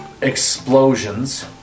Explosions